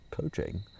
coaching